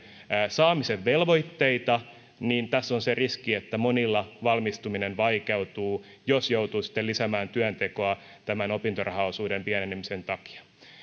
saamisen velvoitteita niin tässä on se riski että monilla valmistuminen vaikeutuu jos joutuu sitten lisäämään työntekoa tämän opintorahaosuuden pienenemisen takia